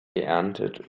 geerntet